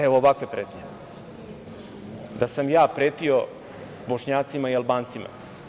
Evo ovakve pretnje, da sam ja pretio Bošnjacima i Albancima.